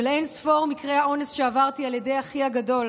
שלאין-ספור מקרי האונס שעברתי על ידי אחי הגדול